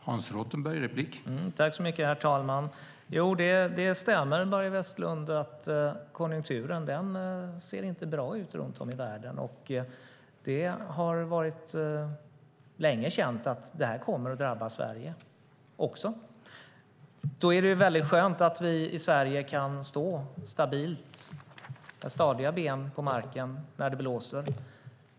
Herr talman! Det stämmer, Börje Vestlund, att konjunkturen inte ser bra ut runt om i världen. Det har varit känt länge att detta kommer att drabba också Sverige. Då är det väldigt skönt att vi i Sverige kan stå stabilt med stadiga ben på marken när det blåser.